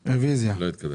אז אסביר לך כדי שלא תצחק.